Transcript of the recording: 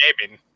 gaming